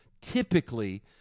typically